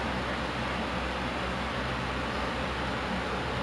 then uh let's see if I don't go to university